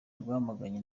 rwamaganye